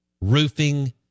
Roofing